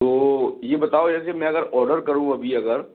तो ये बताओ यदि मैं अगर औडर करूँ अभी अगर